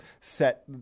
set